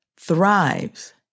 thrives